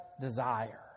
desire